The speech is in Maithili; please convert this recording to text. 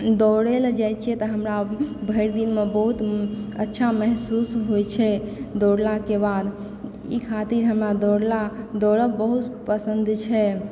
दौड़े लए जाय छियै तऽ हमरा भरि दिन मे बहुत अच्छा महसूस होइ छै दौड़लाके बाद ई खातिर हमरा दौड़ला दौड़ब बहुत पसन्द छै